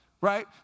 Right